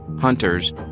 hunters